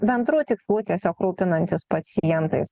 bendrų tikslų tiesiog rūpinantis pacientais